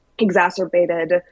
exacerbated